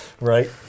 right